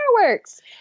fireworks